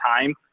time